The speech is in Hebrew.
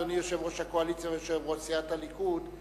אדוני יושב-ראש הקואליציה ויושב-ראש סיעת הליכוד,